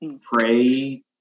pray